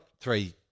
three